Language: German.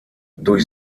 durch